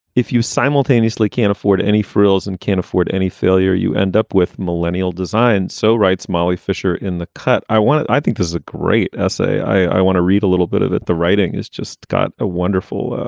if you simultaneously can't afford any frills and can't afford any failure, you end up with millennial design. so writes molly fisher in the cut i wanted. i think there's a great essay. i want to read a little bit of it. the writing is just got a wonderful